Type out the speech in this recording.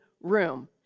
room